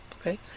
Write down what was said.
okay